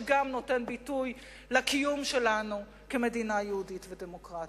שגם נותן ביטוי לקיום שלנו כמדינה יהודית ודמוקרטית.